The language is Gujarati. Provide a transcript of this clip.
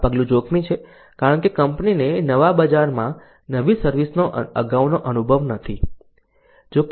આ પગલું જોખમી છે કારણ કે કંપનીને નવા બજારમાં નવી સર્વિસ નો અગાઉનો અનુભવ નથી